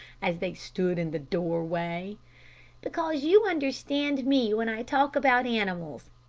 as they stood in the doorway because you understand me when i talk about animals.